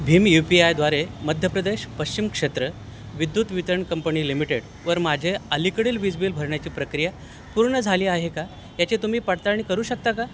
Bhim U P I द्वारे मध्य प्रदेश पश्चिम क्षेत्र विद्युत वितरण कंपनी लिमिटेडवर माझे अलीकडील वीज बिल भरण्याची प्रक्रिया पूर्ण झाली आहे का याची तुम्ही पडताळणी करू शकता का